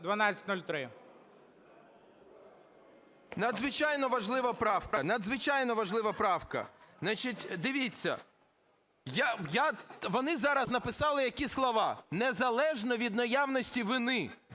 Надзвичайно важлива правка. Значить, дивіться, вони зараз написали які слова: "Незалежно від наявності вини".